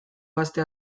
gazte